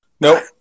Nope